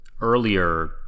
earlier